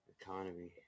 economy